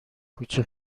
کوچه